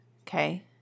okay